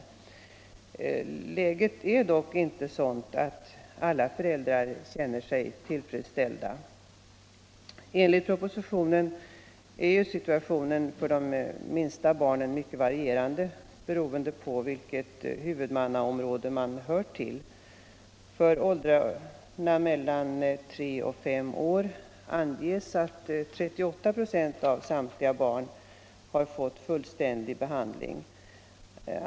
Men läget är inte sådant att alla föräldrar känner sig tillfredsställda. Enligt propositionen är situationen för de minsta barnen mycket varierande, beroende på vilket huvudmannaområde man hör till. För åldrarna 3-5 år anges att 38 26 av samtliga barn har fått fullständig behandling.